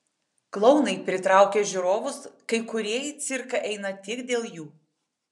klounai pritraukia žiūrovus kai kurie į cirką eina tik dėl jų